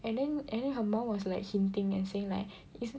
and then and then her mum was like hinting and saying like